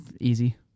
easy